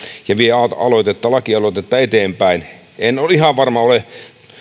ja vie lakialoitetta eteenpäin en ihan varma ole